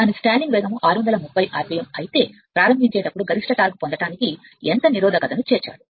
దాని స్టాలింగ్ వేగం 630 rpm అయితే ప్రారంభించేటప్పుడు గరిష్ట టార్క్ పొందటానికి ఎంత నిరోధకతను చేర్చాలి